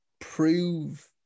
prove